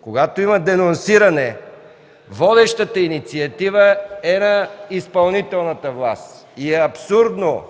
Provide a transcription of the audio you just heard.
когато има денонсиране, водещата инициатива е на изпълнителната власт. Абсурдно